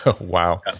Wow